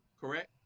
correct